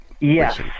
Yes